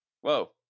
Whoa